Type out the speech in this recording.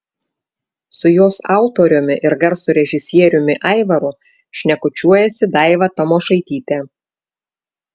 su jos autoriumi ir garso režisieriumi aivaru šnekučiuojasi daiva tamošaitytė